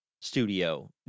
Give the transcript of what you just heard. studio